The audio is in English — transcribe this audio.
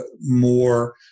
more